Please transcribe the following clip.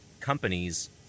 companies